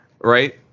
Right